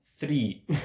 three